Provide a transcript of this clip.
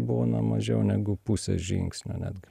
būna mažiau negu pusė žingsnio netgi